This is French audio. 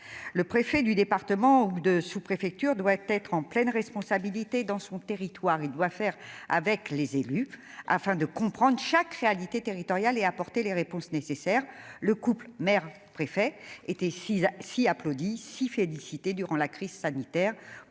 le préfet du département ou de sous-préfecture doit être en pleines responsabilités dans son territoire, il doit faire avec les élus afin de comprendre chaque réalité territoriale et apporter les réponses nécessaires, le couple mère préfet était si si applaudit si félicité durant la crise sanitaire